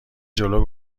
جلو